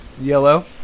Yellow